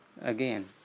again